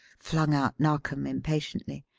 flung out narkom, impatiently.